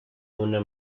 una